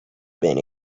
been